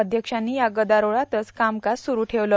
अध्यक्षांनी या गदारोळातच कामकाज सुरु ठेवलं